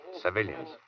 civilians